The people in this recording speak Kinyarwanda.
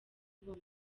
ubumwe